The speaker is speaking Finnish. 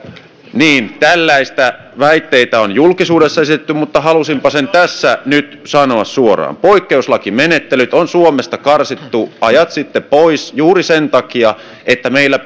niin tällaisia väitteitä on julkisuudessa esitetty mutta halusinpa sen tässä nyt sanoa suoraan poikkeuslakimenettelyt on suomesta karsittu ajat sitten pois juuri sen takia että meillä